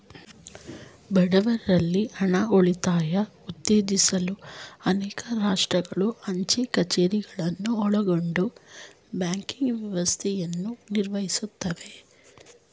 ಬಡವ್ರಲ್ಲಿ ಹಣ ಉಳಿತಾಯ ಉತ್ತೇಜಿಸಲು ಅನೇಕ ರಾಷ್ಟ್ರಗಳು ಅಂಚೆ ಕಛೇರಿಗಳನ್ನ ಒಳಗೊಂಡ ಬ್ಯಾಂಕಿಂಗ್ ವ್ಯವಸ್ಥೆಯನ್ನ ನಿರ್ವಹಿಸುತ್ತೆ